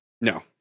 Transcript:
No